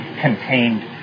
contained